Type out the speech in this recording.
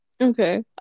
Okay